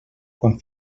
quan